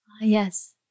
yes